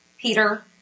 Peter